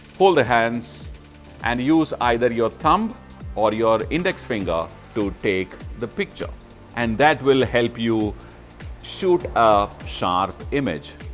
pull the hands and use either your thumb or your index finger to take the picture and that will help you shoot a ah sharp image.